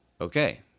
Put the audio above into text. okay